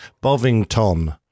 Bovington